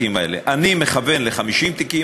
אני מכוון ל-50 תיקים,